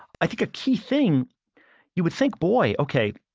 i think a key thing you would think, boy, okay,